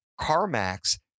CarMax